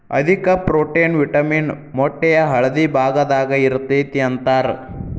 ಅಧಿಕ protein, vitamin ಮೊಟ್ಟೆಯ ಹಳದಿ ಭಾಗದಾಗ ಇರತತಿ ಅಂತಾರ